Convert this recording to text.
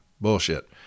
Bullshit